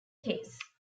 case